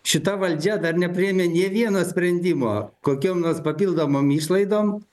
šita valdžia dar nepriėmė nė vieno sprendimo kokiom nors papildomom išlaidom